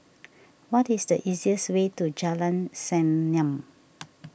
what is the easiest way to Jalan Senyum